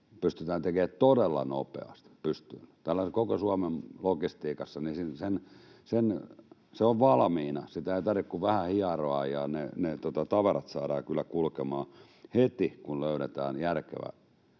järjestelmän tekemään todella nopeasti pystyyn. Tällainen koko Suomen logistiikka on oikeastaan valmiina, sitä ei tarvitse kuin vähän hieroa, ja ne tavarat saadaan kyllä kulkemaan heti, kun löydetään järkevä